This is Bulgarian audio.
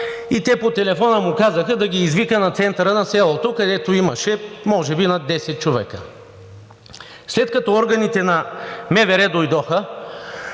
те по телефона му казаха да ги извика на центъра на селото, където имаше може би над десет човека. След като органите на МВР дойдоха,